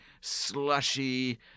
slushy